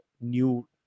new